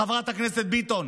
חברת הכנסת ביטון,